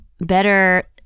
better